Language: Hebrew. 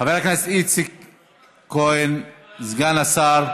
חבר הכנסת איציק כהן, סגן השר.